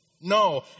No